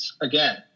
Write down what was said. again